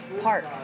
park